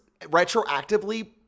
retroactively